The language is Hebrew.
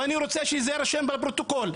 ואני רוצה שזה יירשם בפרוטוקול,